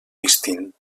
distint